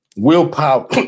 Willpower